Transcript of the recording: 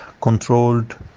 controlled